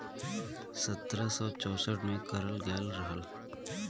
सत्रह सौ चौंसठ में करल गयल रहल